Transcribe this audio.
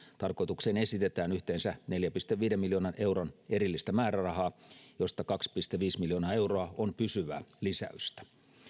tarkoitukseen esitetään yhteensä neljän pilkku viiden miljoonan euron erillistä määrärahaa josta kaksi pilkku viisi miljoonaa euroa on pysyvää lisäystä